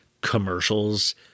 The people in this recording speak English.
commercials